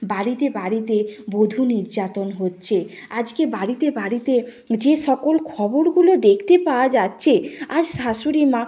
বাড়িতে বাড়িতে বধূ নির্যাতন হচ্ছে আজকে বাড়িতে বাড়িতে যে সকল খবরগুলো দেখতে পাওয়া যাচ্ছে আজ শাশুড়িমা